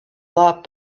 lot